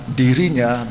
dirinya